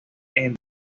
entre